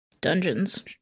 dungeons